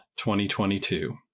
2022